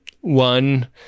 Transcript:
one